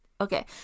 Okay